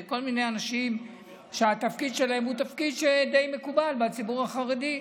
כל מיני אנשים שהתפקיד שלהם הוא תפקיד שדי מקובל בציבור החרדי,